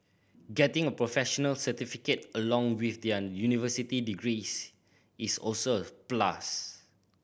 getting a professional certificate along with their university degrees is also a plus